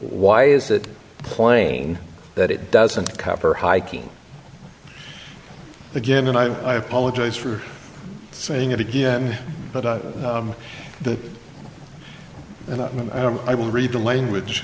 why is that plain that it doesn't cover hiking again and i'm i apologize for saying it again but i am the i am i will read the language